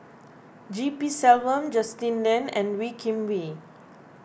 G P Selvam Justin Lean and Wee Kim Wee